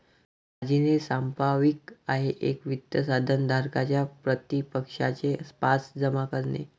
margin हे सांपार्श्विक आहे एक वित्त साधन धारकाच्या प्रतिपक्षाचे पास जमा करणे